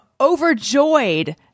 overjoyed